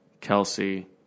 Kelsey